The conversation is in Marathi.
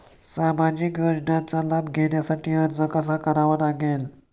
सामाजिक योजनांचा लाभ घेण्यासाठी अर्ज कसा करावा लागतो?